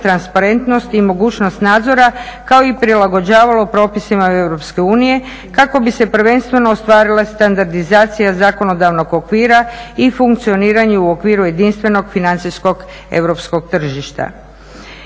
transparentnost i mogućnost nadzora kao i prilagođavanje propisima u EU kako bi se prvenstveno ostvarila standardizacija zakonodavnog okvira i funkcioniranje u okviru jedinstvenog financijskog europskog tržišta.